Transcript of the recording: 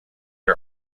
are